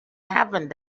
happen